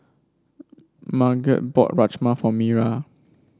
Marget bought Rajma for Mira